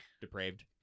depraved